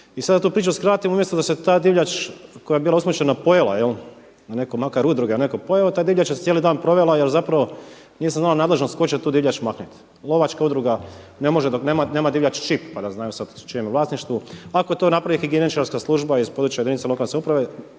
da tu priču skratim, umjesto da se ta divljač koja je bila usmrćena pojela, makar udruge da je neko pojeo, ta divljač je cijeli dan provela jer zapravo nije se znala nadležnost tko će tu divljač maknuti. Lovačka udruga, nema divljač čip pa da znaju u čijem je vlasništvu, ako to napravi higijeničarska služba iz područja jedinica lokalne samouprave